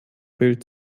bild